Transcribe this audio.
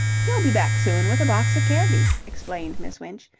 he'll be back soon with a box of candy, explained miss winch,